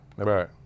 Right